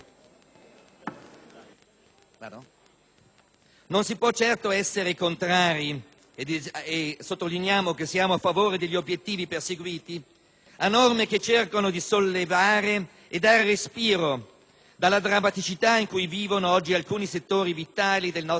Non si può certo essere contrari (e noi sottolineiamo di essere a favore degli obiettivi perseguiti) a norme che cercano di sollevare e dare respiro dalla drammaticità in cui vivono oggi alcuni settori vitali del nostro sistema produttivo.